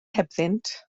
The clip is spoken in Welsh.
hebddynt